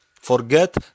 forget